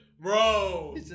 Bro